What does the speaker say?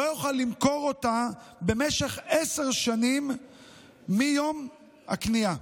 לא יוכל למכור אותה במשך עשר שנים מיום הקנייה.